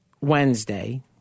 Wednesday